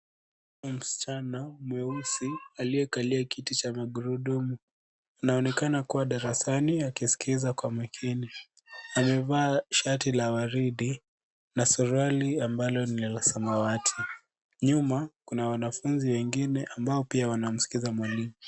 Msichana mweusi aliyekalia kiti cha magurudumu, anaonekana kuwa darasani akisikiza kwa makini, amevaa shati la waridi, na suruali ambalo ni la samawati. Nyuma kuna wanafunzi wengine ambao pia wanamsikiza mwalimu.